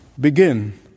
Begin